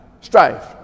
Strife